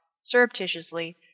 surreptitiously